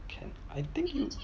can I think you